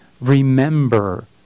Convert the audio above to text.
remember